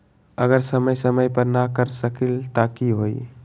अगर समय समय पर न कर सकील त कि हुई?